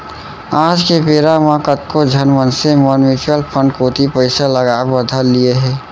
आज के बेरा म कतको झन मनसे मन म्युचुअल फंड कोती पइसा लगाय बर धर लिये हें